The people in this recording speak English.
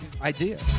idea